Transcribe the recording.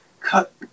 cut